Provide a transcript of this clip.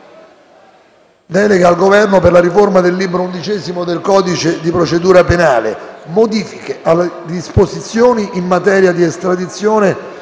Delega al Governo per la riforma del libro XI del codice di procedura penale. Modifiche alle disposizioni in materia di estradizione